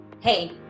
Hey